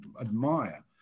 admire